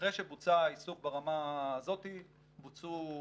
ואחרי שבוצע האיסוף ברמה הזאת בוצעו